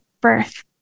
birth